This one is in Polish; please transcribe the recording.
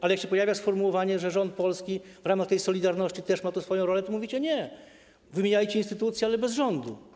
Ale jak się pojawia sformułowanie, że rząd polski w ramach tej solidarności też ma tę swoją rolę, to mówicie: nie, wymieniajcie instytucje, ale bez rządu.